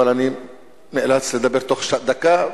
אבל אני נאלץ לדבר בתוך דקה,